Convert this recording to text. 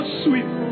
sweet